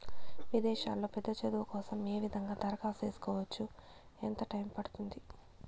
విదేశాల్లో పెద్ద చదువు కోసం ఏ విధంగా దరఖాస్తు సేసుకోవచ్చు? ఎంత టైము పడుతుంది?